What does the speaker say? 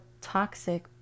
toxic